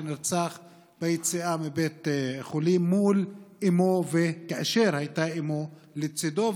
שנרצח ביציאה מבית חולים מול אימו וכאשר הייתה אימו לצידו.